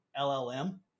LLM